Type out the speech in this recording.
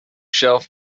shelf